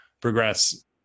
progress